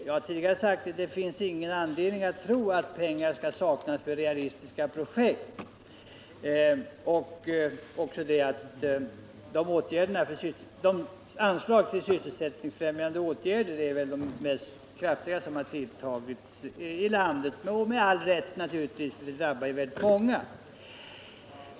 Jag har tidigare sagt att det inte finns någon anledning tro att det kommer att saknas pengar för realistiska projekt. Anslagen till sysselsättningsfrämjande åtgärder är de kraftigaste som någonsin har utgivits, och det naturligtvis med all rätt, eftersom arbetslösheten drabbat väldigt många.